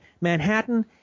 Manhattan